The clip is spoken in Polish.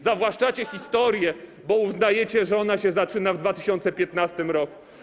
Zawłaszczacie historię, bo uznajecie, że ona się zaczyna w 2015 r.